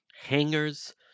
hangers